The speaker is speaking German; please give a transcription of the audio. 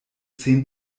zehn